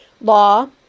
law